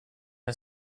den